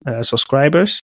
subscribers